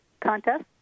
Contest